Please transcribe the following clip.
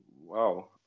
wow